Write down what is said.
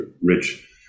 rich